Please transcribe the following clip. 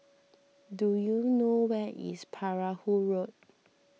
do you know where is Perahu Road